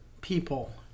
people